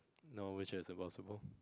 and all ways which is possible